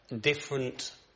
different